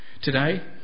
Today